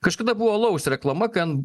kažkada buvo alaus reklama kai ant